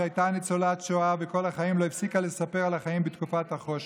שהייתה ניצולת שואה וכל החיים לא הפסיקה לספר על החיים בתקופת החושך: